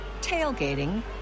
tailgating